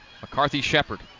McCarthy-Shepard